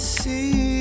see